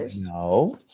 no